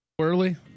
Early